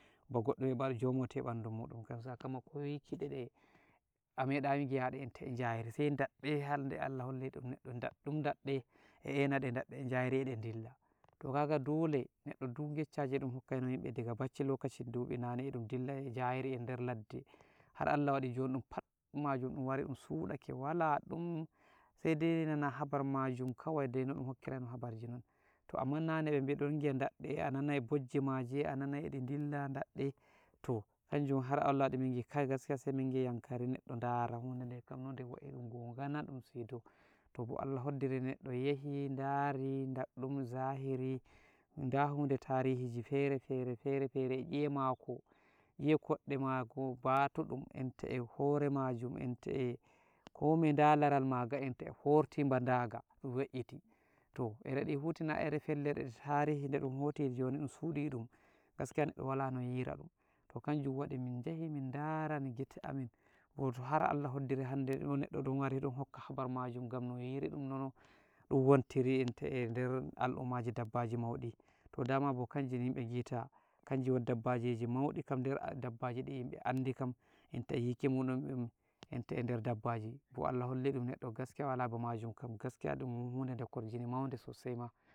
ba goɗɗo hebal jomoti e ɗaddu muɗum, gam sakamako, wiki dede, a meɗayi ngi'aɗe enta e njairi, sai daɗɗe hanɗe Allah holli ɗum neɗɗo, daɗɗum daɗɗe e einaɗe e njairi eɗe ɗilla, toh kaga dole neɗɗo ngeccaji ɗun hokkaino yimbe daga bacci, lokashi duɓi nane, edum dilld e njairi e der ladde, har Allah wadi jon dum pam majum, ɗun wari ɗun suɗake wala ɗum, sai dai nana habar majum, kawai dai no ɗun hokkira no habarji non, to amman nane beɗon ngi'a daɗɗe, toh hanjum har Allah waɗi min ngi'i kai gaskiya sai min ngi'i yankari, neɗɗo dara hundade kam no de wa'i, ɗun gongana, ko ɗum sido, toh bo Allah hoddiri neɗɗo yahi dari, daɗɗum zahiri, da hude tarihiji fere-fere, fere-fere e nyiye mako, nyiye koɗɗe mako, bato ɗum enta e hore majum, enta e komi da laral maga, enta e forti ba daga, ɗun we'iiti, to ere ɗifuh tona ere felle ɗe tarihi de ɗum hoti joni dun suɗi ɗum, gaskiya neɗɗo wala no yiraɗum, toh kanjum wadi min njahi min darani gita amin, bo har Allah hoddiri hande ɗo neɗɗo don wari ɗon hokka habar majum, gam no yiriɗum non ɗun wontiri enta eder al'ummaji dabbaji maudi, to dama bo kanjini yimbe ngita, kanji gon dabbajiji mauɗi kam der dabbaji di yimbe andi kam enta e yiki muɗum en, enta eder dabbaji, bo Allah holli ɗum neɗɗo gaskiya wala ba majum kam, gaskiya ɗum hude de korjini maude sosai ma.